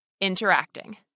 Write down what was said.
interacting